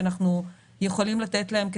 שאנחנו יכולים לתת להם,